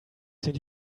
sind